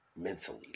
Mentally